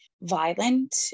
violent